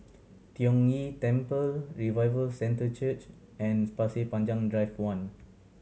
Tiong Ghee Temple Revival Centre Church and Pasir Panjang Drive One